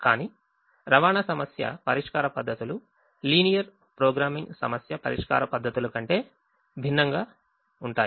కానీ assignment problem పరిష్కార పద్ధతులు లీనియర్ ప్రోగ్రామింగ్ సమస్య పరిష్కార పద్ధతుల కంటే భిన్నంగా ఉంటాయి